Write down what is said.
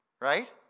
right